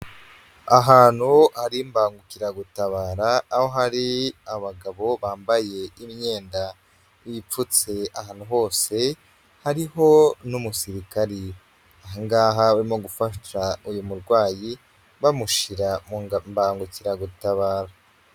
Ahantu hari imbangukiragutabara, aho hari abagabo bambaye imyenda ipfutse ahantu hose, hariho n'umusirikari. Aha ngaha barimo gufasha uyu murwayi bamushyira mu mbangukiragutabara.